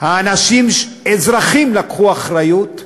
אזרחים לקחו אחריות,